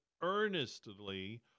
earnestly